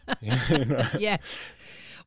yes